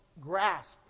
grasp